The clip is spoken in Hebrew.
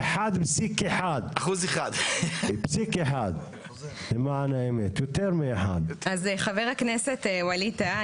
1.1%. אז חבר הכנסת ווליד טאהא,